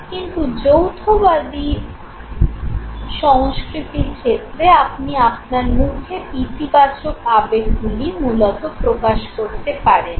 কিন্তু যৌথবাদী সংস্কৃতির ক্ষেত্রে আপনি আপনার মুখের ইতিবাচক আবেগগুলি মূলত প্রকাশ করতে পারেন